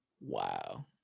Wow